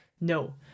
No